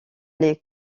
les